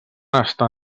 estar